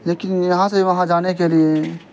لیکن یہاں سے وہاں جانے کے لیے